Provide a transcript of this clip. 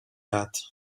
that